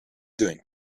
doing